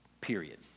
Period